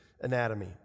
anatomy